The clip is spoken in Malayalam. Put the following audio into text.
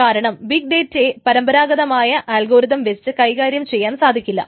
കാരണം ബിഗ് ഡേറ്റയെ പരമ്പരാഗതമായ ആൽഗോരിതം വെച്ച് കൈകാര്യം ചെയ്യാൻ സാധിക്കില്ല